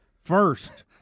first